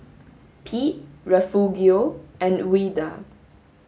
Pete Refugio and Ouida